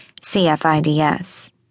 CFIDS